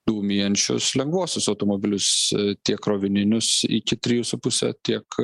dūmijančius lengvuosius automobilius tiek krovininius iki trijų su puse tiek